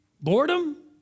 boredom